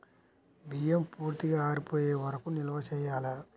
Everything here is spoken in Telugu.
బియ్యం పూర్తిగా ఆరిపోయే వరకు నిల్వ చేయాలా?